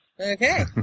Okay